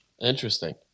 Interesting